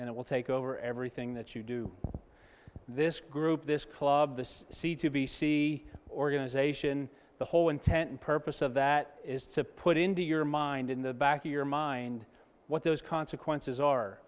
and it will take over everything that you do this group this club this seed to be sea organization the whole intent and purpose of that is to put into your mind in the back of your mind what those consequences